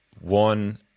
one